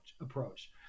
approach